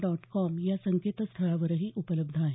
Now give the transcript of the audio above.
dot com या संकेतस्थळावरही उपलब्ध आहे